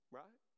right